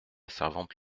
servante